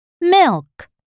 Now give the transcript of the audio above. milk